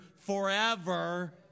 forever